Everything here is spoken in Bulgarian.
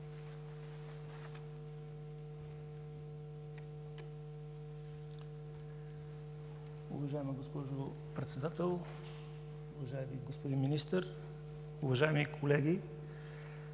Уважаема госпожо Председател, уважаеми господин Министър, уважаеми колеги!